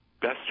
best